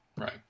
Right